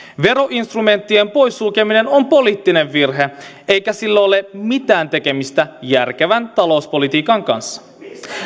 veroinstrumenttien poissulkeminen on poliittinen virhe eikä sillä ole mitään tekemistä järkevän talouspolitiikan kanssa